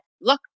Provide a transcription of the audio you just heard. look